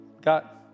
got